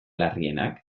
larrienak